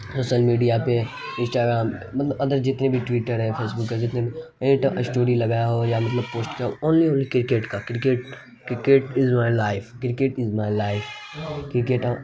social media پہ Instagram مطلب ادر جتنے بھی ٹیوٹر ہیں فیس بک ہے جتنے بھی اینی ٹائم اسٹوری لگایا ہو یا مطلب پوسٹر اونلی اونلی کرکٹ کا cricket cricket is my life cricket is my life cricket